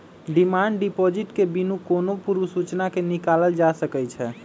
demand deposit के बिनु कोनो पूर्व सूचना के निकालल जा सकइ छै